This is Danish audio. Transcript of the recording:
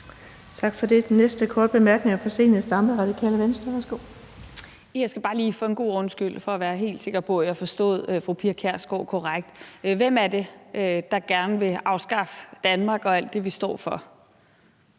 Tak for det. Den næste korte bemærkning er fra Zenia Stampe, Radikale Venstre. Værsgo. Kl. 15:15 Zenia Stampe (RV): Jeg skal bare lige for en god ordens skyld og for at være helt sikker på, at jeg forstod fru Pia Kjærsgaard korrekt, spørge: Hvem er det, der gerne vil afskaffe Danmark og alt det, vi står for?